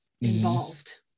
involved